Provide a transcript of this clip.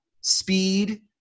speed